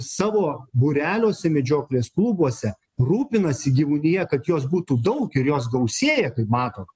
savo būreliuose medžioklės klubuose rūpinasi gyvūnija kad jos būtų daug ir jos gausėja kaip matot